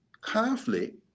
conflict